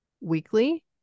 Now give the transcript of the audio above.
weekly